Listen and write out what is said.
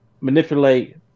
manipulate